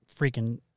freaking